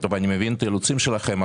אני מבין את האילוצים שלכם,